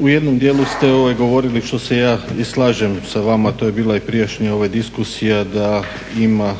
u jednom djelu ste govorili što se ja i slažem sa vama, to je bila i prijašnja diskusija da ima